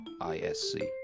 ISC